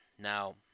Now